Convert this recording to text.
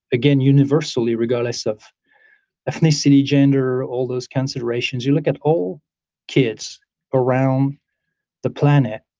again, universally, regardless of ethnicity, gender, all those considerations. you look at all kids around the planet,